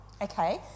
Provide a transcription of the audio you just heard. okay